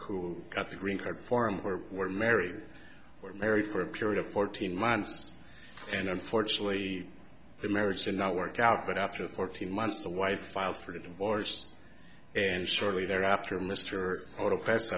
who got the green card form her were married were married for a period of fourteen months and unfortunately the marriage did not work out but after fourteen months the wife filed for divorce and shortly thereafter mr